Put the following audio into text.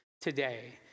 today